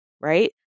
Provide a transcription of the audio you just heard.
right